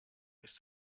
ist